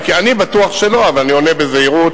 אני בטוח שלא, אבל אני עונה בזהירות.